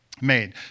made